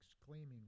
exclaiming